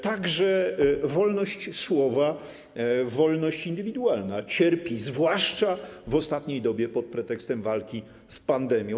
Także wolność słowa, wolność indywidualna cierpi, zwłaszcza w ostatniej dobie, pod pretekstem walki z pandemią.